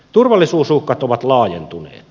turvallisuusuhkat ovat laajentuneet